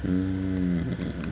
mm